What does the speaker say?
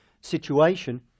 situation